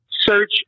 search